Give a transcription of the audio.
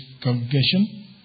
congregation